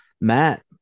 Matt